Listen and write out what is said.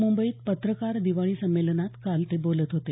मुंबईत पत्रकार दिवाळी संमेलनात काल ते बोलत होते